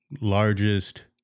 largest